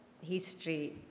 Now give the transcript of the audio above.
history